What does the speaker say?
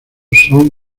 son